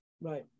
right